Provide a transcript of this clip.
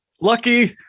Lucky